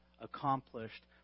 accomplished